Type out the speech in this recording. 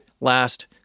last